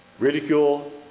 Ridicule